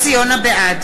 בעד